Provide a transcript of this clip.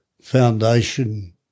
foundation